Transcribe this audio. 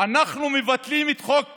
אנחנו מבטלים את חוק קמיניץ.